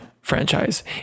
franchise